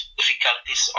difficulties